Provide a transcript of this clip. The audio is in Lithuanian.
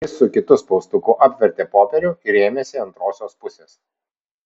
jis su kitu spaustuku apvertė popierių ir ėmėsi antrosios pusės